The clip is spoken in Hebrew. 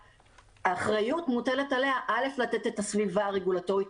האחריות מוטלת על הממשלה לתת את הסביבה הרגולטורית